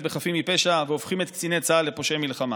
בחפים מפשע והופכים את קציני צה"ל לפושעי מלחמה.